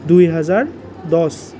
দুই হাজাৰ দহ